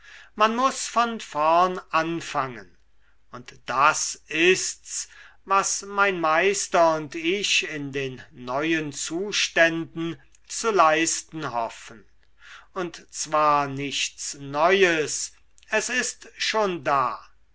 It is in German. man muß von vorn anfangen und das ist's was mein meister und ich in den neuen zuständen zu leisten hoffen und zwar nichts neues es ist schon da